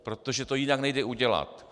Protože to jinak nejde udělat.